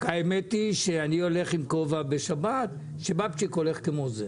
אני הולך עם כובע בשבת שבבצ'יק הולך איתו,